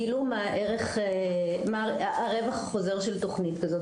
גילו מה הוא הרווח החוזר של תוכנית כזאת.